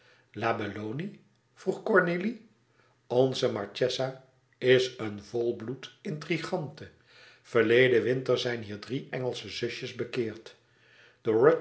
belloni vroeg cornélie onze marchesa is een volbloed intrigante verleden winter zijn hier drie engelsche zusjes bekeerd